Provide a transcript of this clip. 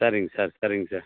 சரிங்க சார் சரிங்க சார்